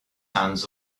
hands